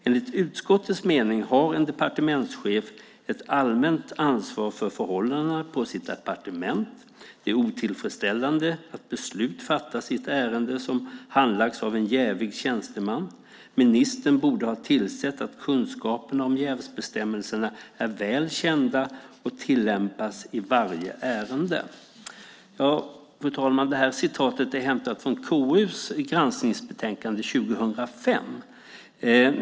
Enligt utskottets mening har en departementschef ett allmänt ansvar för förhållandena på sitt departement. Det är otillfredsställande att beslut fattats i ett ärende som handlagts av en jävig tjänsteman. Ministern borde ha tillsett att kunskaperna om jävsbestämmelserna är väl kända och tillämpas i varje ärende." Fru talman! Det här citatet är hämtat från KU:s granskningsbetänkande år 2005.